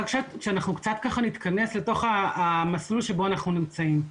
שנתכנס לתוך המסלול שבו אנחנו נמצאים.